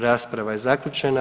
Rasprava je zaključena.